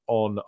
on